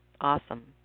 Awesome